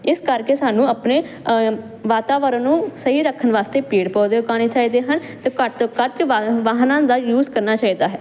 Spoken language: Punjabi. ਇਸ ਕਰਕੇ ਸਾਨੂੰ ਆਪਣੇ ਵਾਤਾਵਰਣ ਨੂੰ ਸਹੀ ਰੱਖਣ ਵਾਸਤੇ ਪੇੜ ਪੌਦੇ ਉਗਾਣੇ ਚਾਹੀਦੇ ਹਨ ਤੇ ਘੱਟ ਤੋਂ ਘੱਟ ਵਾ ਵਾਹਨ ਦਾ ਯੂਜ ਕਰਨਾ ਚਾਹੀਦਾ ਹੈ